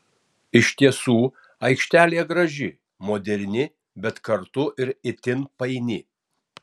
iš tiesų aikštelė graži moderni bet kartu ir itin paini